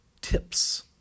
tips